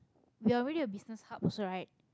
we're already a business hubs right